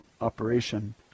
operation